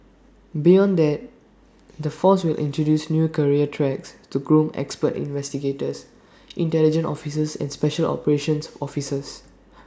beyond that the force will introduce new career tracks to groom expert investigators intelligence officers and special operations officers